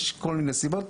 יש כל מיני סיבות.